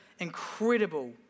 Incredible